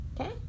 Okay